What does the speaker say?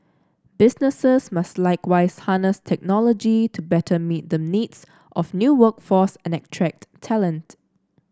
businesses must likewise harness technology to better meet the needs of new workforce and attract talent